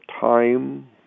time